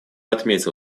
отметил